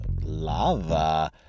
lava